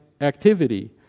activity